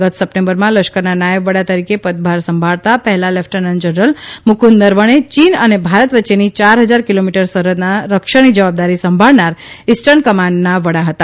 ગત સપ્ટેમ્બરમાં લશ્કરના નાયબ વડા તરીકે પદભાર સંભાળતા પહેલાં લેફટનન્ટ જનરલ મુકુંદ નરવણે ચીન અને ભારત વચ્ચેની યાર હજાર કિલોમીટર સરહદના રક્ષણની જવાબદારી સંભાળનાર ઇસ્ટર્ન કમાન્ડના વડા હતા